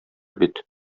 бит